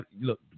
look